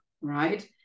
right